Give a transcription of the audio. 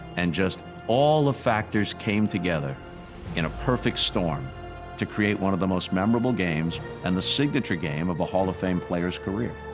and just all the factors came together in a perfect storm to create one of the most memorable games and the signature game of a hall of fame player's career.